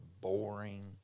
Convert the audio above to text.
boring